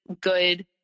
good